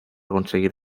conseguir